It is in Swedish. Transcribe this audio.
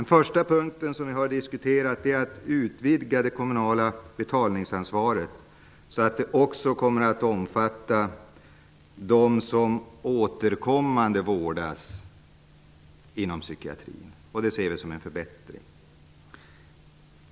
Den första punkten som vi har diskuterat handlar om att utvidga det kommunala betalningsansvaret så att det också omfattar dem som återkommande vårdas inom psykiatrin. Detta ser vi som en förbättring.